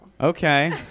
Okay